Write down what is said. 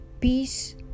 Peace